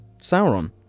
Sauron